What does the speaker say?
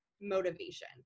motivation